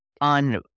on